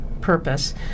purpose